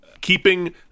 keeping